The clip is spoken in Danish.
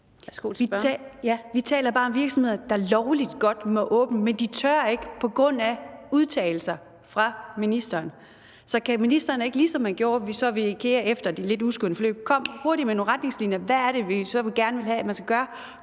Vi taler bare om virksomheder, der lovligt godt må åbne, men de tør ikke på grund af udtalelser fra ministeren, så kan ministeren ikke, ligesom han gjorde i forbindelse med IKEA efter det lidt uskønne forløb, hurtigt komme med nogle retningslinjer om, hvad det er, man gerne vil have at de skal gøre?